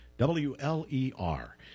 W-L-E-R